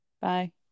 bye